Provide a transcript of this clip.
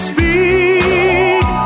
Speak